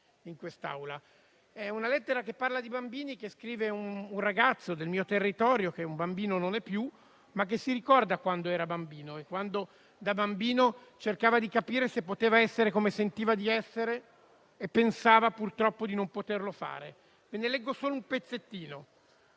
in quest'Aula); è una lettera che parla di bambini, scritta da un ragazzo del mio territorio che bambino non è più, ma che si ricorda quando era bambino e quando, da bambino, cercava di capire se poteva essere come sentiva di essere e pensava purtroppo di non poterlo fare. Ve ne leggo solo un pezzettino.